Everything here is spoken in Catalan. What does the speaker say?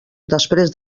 després